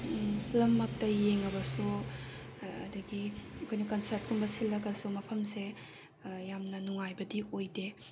film ꯃꯛꯇ ꯌꯦꯡꯉꯕꯁꯨ ꯑꯗꯒꯤ ꯑꯩꯈꯣꯏꯅ ꯀꯟꯁꯔ꯭ꯇꯀꯨꯝꯕ ꯁꯤꯜꯂꯒꯁꯨ ꯃꯐꯝꯁꯦ ꯌꯥꯝꯅ ꯅꯨꯡꯉꯥꯏꯕꯗꯤ ꯑꯣꯏꯗꯦ